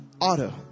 Auto